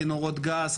צינורות גז,